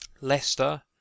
Leicester